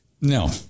no